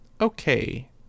Okay